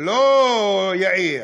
לא יאיר,